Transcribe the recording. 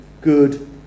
good